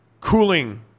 cooling